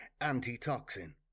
antitoxin